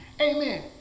amen